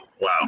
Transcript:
Wow